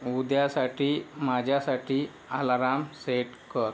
उद्यासाठी माझ्यासाठी alarm set कर